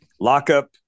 lockup